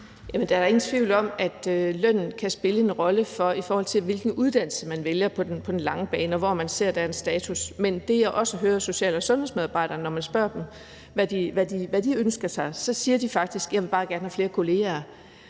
er da ingen tvivl om, at lønnen kan spille en rolle, i forhold til hvilken uddannelse man vælger, på den lange bane, herunder hvor man ser der er status. Men når man spørger social- og sundhedsmedarbejdere, hvad de ønsker sig, så siger de faktisk: Jeg vil bare gerne have flere kollegaer,